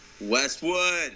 Westwood